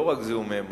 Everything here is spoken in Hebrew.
לא רק זיהומי מים,